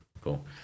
cool